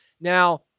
Now